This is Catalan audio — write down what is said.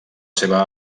seva